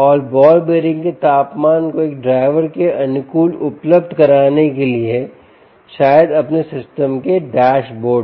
और ball bearing के तापमान को एक ड्राइवर के अनुकूल उपलब्ध कराने के लिए शायद अपने सिस्टम के डैशबोर्ड पर